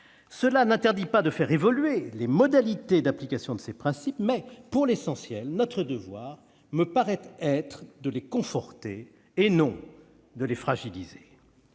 Cela n'interdit pas de faire évoluer les modalités d'application de ces principes. Mais, pour l'essentiel, notre devoir me paraît être de les conforter et non de les fragiliser.